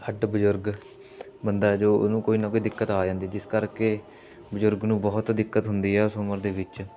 ਹੱਡ ਬਜ਼ੁਰਗ ਬੰਦਾ ਜੋ ਉਹਨੂੰ ਕੋਈ ਨਾ ਕੋਈ ਦਿੱਕਤ ਆ ਜਾਂਦੀ ਜਿਸ ਕਰਕੇ ਬਜ਼ੁਰਗ ਨੂੰ ਬਹੁਤ ਦਿੱਕਤ ਹੁੰਦੀ ਆ ਉਸ ਉਮਰ ਦੇ ਵਿੱਚ